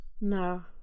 No